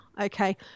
okay